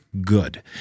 good